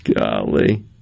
Golly